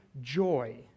joy